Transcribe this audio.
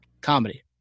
Comedy